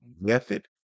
method